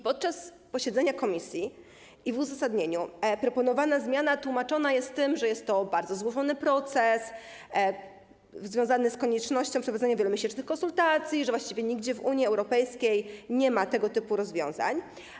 Podczas posiedzenia komisji i w uzasadnieniu proponowana zmiana tłumaczona jest tym, że jest to bardzo złożony proces związany z koniecznością przeprowadzania wielomiesięcznych konsultacji i że właściwie nigdzie w Unii Europejskiej nie ma tego typu rozwiązań.